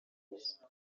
bifuza